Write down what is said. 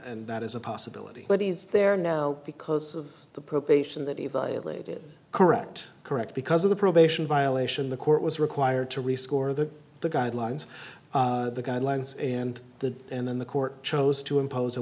and that is a possibility but he's there now because of the probation that he violated correct correct because of the probation violation the court was required to rescore the the guidelines the guidelines and the and then the court chose to impose a